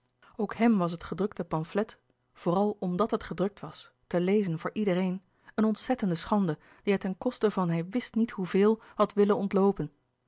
ook hem was het gedrukte pamflet vooral omdat het gedrukt was te lezen voor iedereen een ontzettende schande die hij ten koste van hij wist niet hoeveel had willen ontloopen